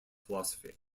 philosophy